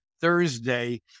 Thursday